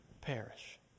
Perish